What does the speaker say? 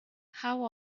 how